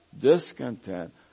discontent